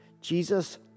Jesus